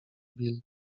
bill